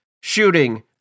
shooting